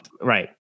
right